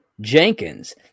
Jenkins